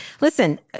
listen